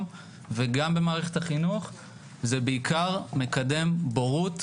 וגם במערכת החינוך וזה בעיקר מקדם בורות,